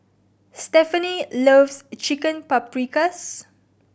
Stephani loves Chicken Paprikas